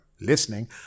listening